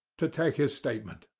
to take his statement,